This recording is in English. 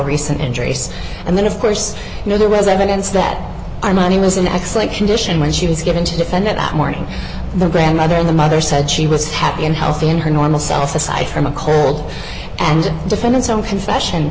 recent injuries and then of course you know the rez evidence that armani was in excellent condition when she was given to defend it that morning the grandmother and the mother said she was happy and healthy and her normal self aside from a cold and defendant's own confession